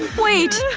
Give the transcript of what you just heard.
wait,